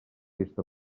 vista